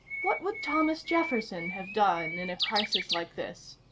what would thomas jefferson have done in a crisis like this?